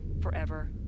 forever